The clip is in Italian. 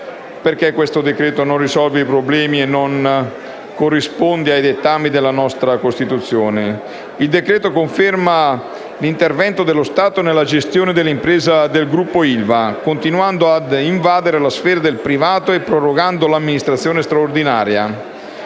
perché conferma l'intervento dello Stato nella gestione dell'impresa del Gruppo ILVA, continuando ad invadere la sfera del privato e prorogando l'amministrazione straordinaria.